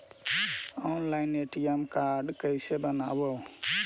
Online ATM card कैसे बनाबौ?